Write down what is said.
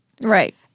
Right